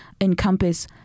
encompass